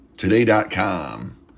Today.com